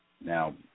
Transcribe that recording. Now